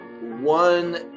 One